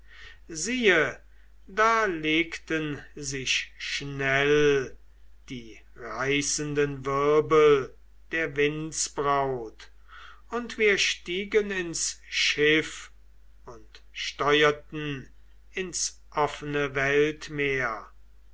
siehe da legten sich schnell die reißenden wirbel der windsbraut und wir stiegen ins schiff und steurten ins offene weltmeer